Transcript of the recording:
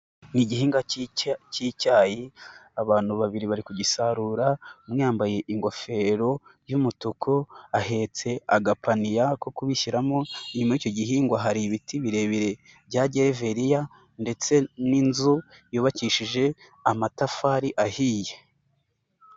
Ni igihingwa k'icyayi abantu babiri bari kugisarura umwe yambaye ingofero y'umutuku ahetse agapaniya ko kubishyiramo, inyuma y' icyo gihingwa hari ibiti birebire bya gereveriya ndetse n'inzu yubakishije amatafari ahiye.